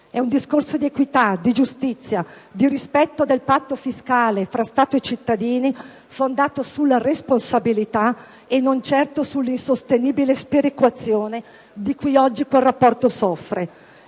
È un discorso di equità, di giustizia, di rispetto del patto fiscale fra Stato e cittadini, fondato sulla responsabilità e non certo sulla insostenibile sperequazione di cui oggi quel rapporto soffre,